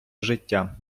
життя